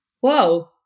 whoa